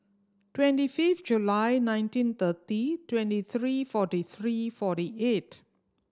twenty fifth July nineteen thirty twenty three forty three forty eight